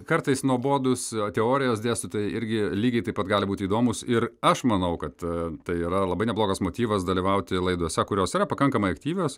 kartais nuobodūs teorijos dėstytojai irgi lygiai taip pat gali būti įdomūs ir aš manau kad tai yra labai neblogas motyvas dalyvauti laidose kurios yra pakankamai aktyvios